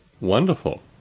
Wonderful